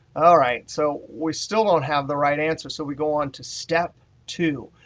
ah right, so we still don't have the right answer. so we go on to step two.